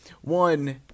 one—